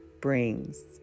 brings